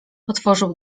otworzył